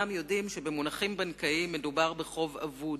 וכולם יודעים שבמונחים בנקאיים מדובר בחוב אבוד,